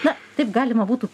na taip galima būtų